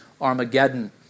Armageddon